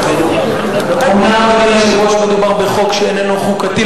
אומנם מדובר בחוק שאיננו חוקתי,